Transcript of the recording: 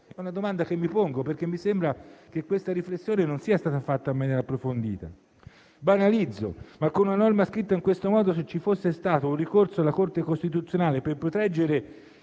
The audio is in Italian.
È una domanda che mi pongo perché mi sembra che questa riflessione non sia stata fatta in maniera approfondita. Banalizzo, ma con una norma scritta in questo modo, se ci fosse un ricorso alla Corte costituzionale per proteggere